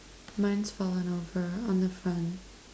mine's fallen over on the front